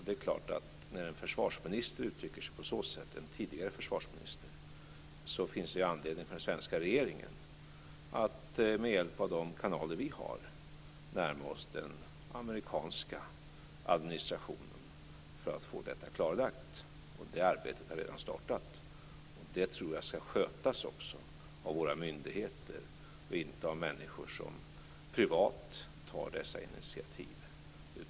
Det är klart att det, när en tidigare försvarsminister uttrycker sig på det sättet, finns anledning för den svenska regeringen att med hjälp av de kanaler som vi har närma oss den amerikanska administrationen för att få detta klarlagt. Det arbetet har redan startat. Och jag tror att det ska skötas av våra myndigheter och inte av människor som privat tar dessa initiativ.